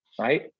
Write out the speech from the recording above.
Right